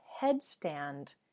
headstand